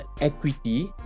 equity